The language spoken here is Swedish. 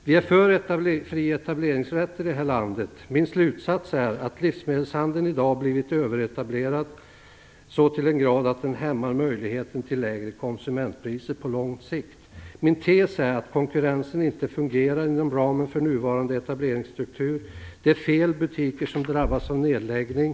Vi är för fri etableringsrätt i det här landet. Min slutsats är att livsmedelshandeln i dag blivit överetablerad så till den grad att den hämmar möjligheten till lägre konsumentpriser på lång sikt. Min tes är att konkurrensen inte fungerar inom ramen för nuvarande etableringsstruktur. Det är fel butiker som drabbas av nedläggning.